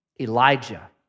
Elijah